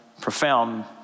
profound